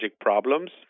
problems